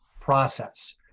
process